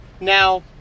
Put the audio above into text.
Now